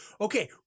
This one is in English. Okay